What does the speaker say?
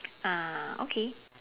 ah okay